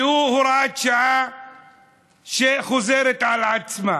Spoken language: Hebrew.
שהוא הוראת שעה שחוזרת על עצמה.